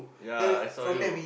ya I saw you